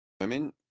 women